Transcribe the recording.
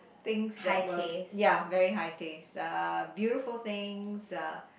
things that were ya very high taste uh beautiful things uh